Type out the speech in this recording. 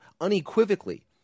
unequivocally